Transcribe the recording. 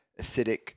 acidic